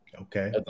okay